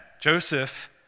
Joseph